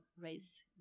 raise